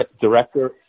Director